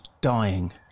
dying